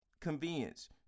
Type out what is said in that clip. Convenience